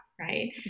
Right